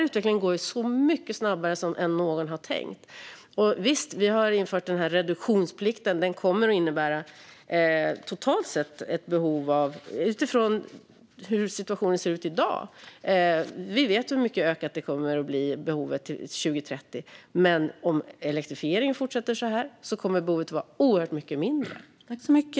Utvecklingen går alltså mycket snabbare än vad vi trodde. Med den reduktionsplikt vi har infört ser vi ett ökat behov till 2030. Men om elektrifieringen fortsätter som nu kommer behovet att bli mycket mindre.